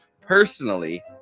Personally